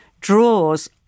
draws